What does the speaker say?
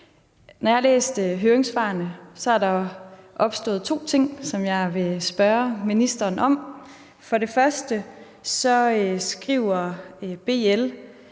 Når jeg har læst høringssvarene, har jeg lagt mærke til to ting, jeg vil spørge ministeren om. For det første skriver BL,